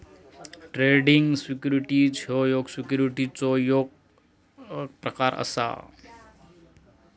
trading securities ह्यो सिक्युरिटीजचो एक प्रकार असा